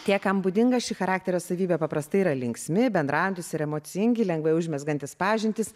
tie kam būdinga ši charakterio savybė paprastai yra linksmi bendraujantys ir emocingi lengvai užmezgantys pažintis